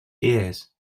ears